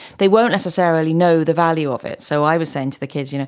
they won't necessarily know the value of it. so i was saying to the kids, you know,